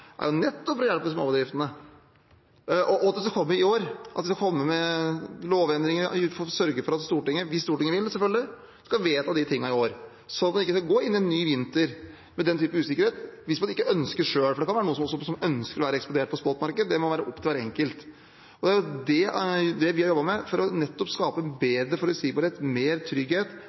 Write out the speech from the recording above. nettopp å hjelpe småbedriftene, og at det skal komme i år. Vi skal komme med lovendringer og sørge for at Stortinget – hvis Stortinget vil, selvfølgelig – kan vedta de tingene i år, sånn at en ikke skal gå inn i en ny vinter med den typen usikkerhet, hvis man ikke ønsker det selv. For det kan være noen som ønsker å være eksponert på spotmarkedet. Det må være opp til hver enkelt. Det er det vi har jobbet med, nettopp for å skape bedre forutsigbarhet, mer trygghet